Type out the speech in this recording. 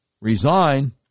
resign